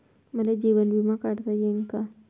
मले जीवन बिमा काढता येईन का?